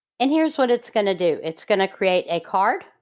and here's what it's going to do. it's going to create a card